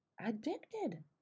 addicted